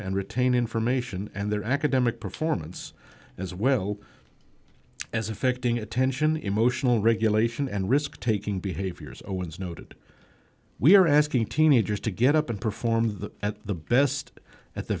and retain information and their academic performance as well as affecting attention emotional regulation and risk taking behaviors owens noted we are asking teenagers to get up and perform that at the best at the